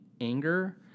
anger